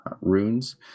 runes